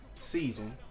Season